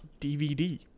dvd